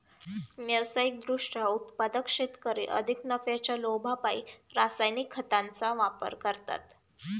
व्यावसायिक दृष्ट्या उत्पादक शेतकरी अधिक नफ्याच्या लोभापायी रासायनिक खतांचा वापर करतात